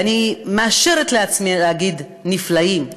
ואני מאשרת לעצמי להגיד: הנפלאים,